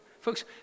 Folks